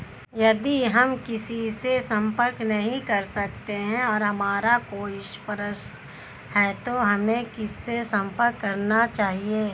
यदि हम किसी से संपर्क नहीं कर सकते हैं और हमारा कोई प्रश्न है तो हमें किससे संपर्क करना चाहिए?